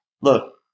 look